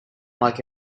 like